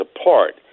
apart